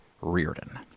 Reardon